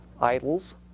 idols